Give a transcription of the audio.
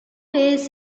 days